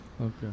Okay